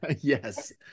Yes